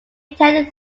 attended